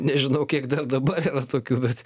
nežinau kiek dar dabar tokių bet